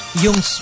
yung